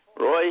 Roy